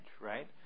right